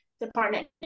department